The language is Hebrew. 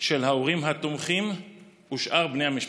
של ההורים התומכים ושאר בני המשפחה.